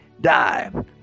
die